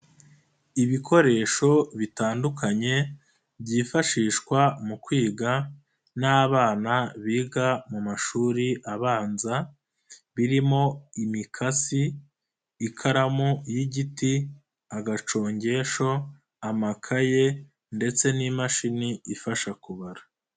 Ibikoresho bitandukanye byifashishwa mu kwiga n'abana biga mu mashuri abanza, birimo imikasi, ikaramu y'igiti, agacongesho, amakaye ndetse n'imashini ifasha kubara.